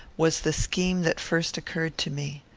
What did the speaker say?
was the scheme that first occurred to me.